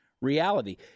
reality